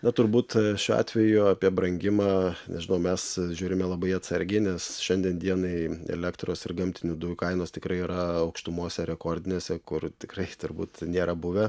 na turbūt šiuo atveju apie brangimą nežinau mes žiūrime labai atsargiai nes šiandien dienai elektros ir gamtinių dujų kainos tikrai yra aukštumose rekordinėse kur tikrai turbūt nėra buvę